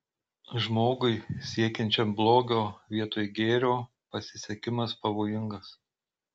žmogui siekiančiam blogio vietoj gėrio pasisekimas pavojingas